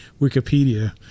Wikipedia